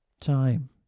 time